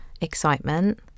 excitement